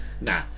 Nah